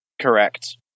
Correct